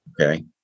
Okay